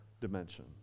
dimension